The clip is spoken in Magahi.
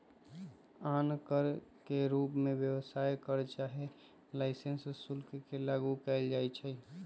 आन कर के रूप में व्यवसाय कर चाहे लाइसेंस शुल्क के लागू कएल जाइछै